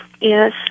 Yes